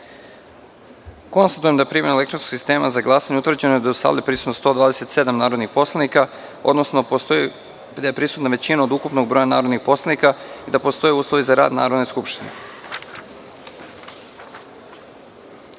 glasanje. Konstatujem da je primenom elektronskog sistema za glasanje, utvrđeno da je u sali prisutno 127 narodnih poslanika, odnosno da je prisutna većina od ukupnog broja narodnih poslanika i da postoje uslovi za rad Narodne skupštine.S